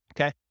Okay